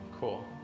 cool